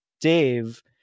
Dave